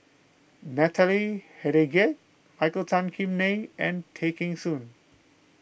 Natalie Hennedige Michael Tan Kim Nei and Tay Kheng Soon